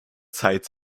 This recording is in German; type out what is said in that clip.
zeit